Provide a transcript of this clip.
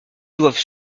doivent